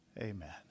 Amen